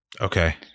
Okay